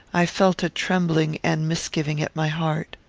i felt a trembling and misgiving at my heart.